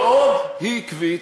-- כל עוד היא עקבית.